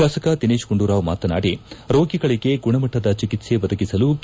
ಶಾಸಕ ದಿನೇತ್ಗುಂಡೂರಾವ್ ಮಾತನಾಡಿ ರೋಗಿಗಳಿಗೆ ಗುಣಮಟ್ಟದ ಚಿಕಿತ್ಸೆ ಒದಗಿಸಲು ಕೆ